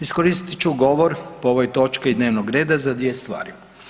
Iskoristit ću govor po ovoj točki dnevnog reda za dvije stvari.